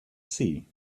see